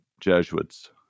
Jesuits